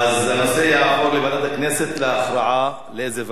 אז הנושא יעבור לוועדת הכנסת להכרעה לאיזו ועדה.